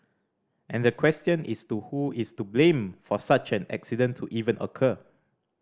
and the question is to who is to blame for such an accident to even occur